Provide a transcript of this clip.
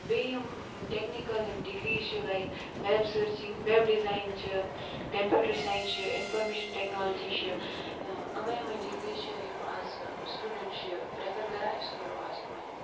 بیٚیہِ یِم ٹٮ۪کنِکَل یِم ڈِگریٖز چھِ like web searching web design چھِ کَمپیوٗٹَر ساینس چھِ اِنفارمیشَن ٹٮ۪کنالجی چھِ یِمَے یِمَے ڈِگریٖز چھِ یِم اَز سٹوٗڈَنٛٹ چھِ پرٛفَر کَران أسۍ کَرو اَز یِمَے